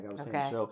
Okay